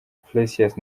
precious